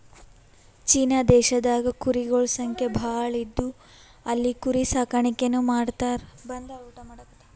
China ದೇಶದಾಗ್ ಕುರಿಗೊಳ್ ಸಂಖ್ಯಾ ಭಾಳ್ ಇದ್ದು ಅಲ್ಲಿ ಕುರಿ ಸಾಕಾಣಿಕೆನೂ ಮಾಡ್ತರ್